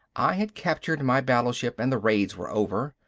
i had captured my battleship and the raids were over.